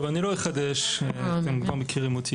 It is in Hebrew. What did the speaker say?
טוב, אני לא אחדש, אתם כבר מכירים אותי.